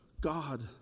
God